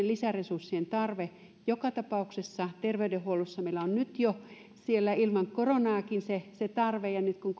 lisäresurssien tarve joka tapauksessa meillä on terveydenhuollossa jo nyt ilman koronaakin se se tarve ja nyt kun